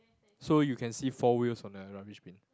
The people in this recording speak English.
so you can see four wheels on the rubbish bin